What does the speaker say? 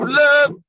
love